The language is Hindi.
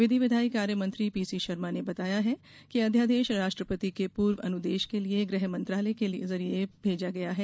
विधि विधायी कार्य मंत्री पीसी शर्मा ने बताया है कि अध्यादेश राष्ट्रपति के पूर्व अनुदेश के लिये गृह मंत्रालय के जरिए भेजा गया है